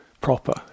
proper